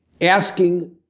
asking